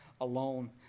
alone